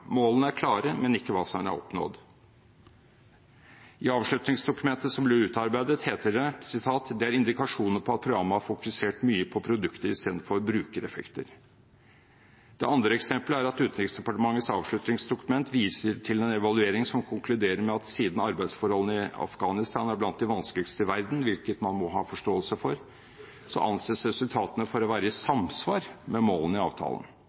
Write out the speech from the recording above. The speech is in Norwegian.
Målene er klare, men ikke hva som er oppnådd. I avslutningsdokumentet som ble utarbeidet, heter det at «det er indikasjoner på at programmet har fokusert mye på produkter i stedet for brukereffekter». Det andre eksemplet er at Utenriksdepartementets avslutningsdokument viser til en evaluering som konkluderer med at siden arbeidsforholdene i Afghanistan er blant de vanskeligste i verden, hvilket man må ha forståelse for, anses resultatene for å være i samsvar med målene i avtalen